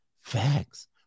facts